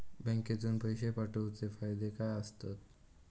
बँकेतून पैशे पाठवूचे फायदे काय असतत?